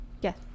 Yes